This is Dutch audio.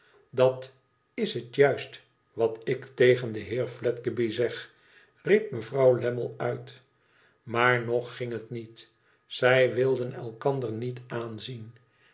dat is het juist wat ik tegen den heer fledgeby zeg riep mevrouw lammie uit maar nog ging het niet zij wilden elkander niet aanzien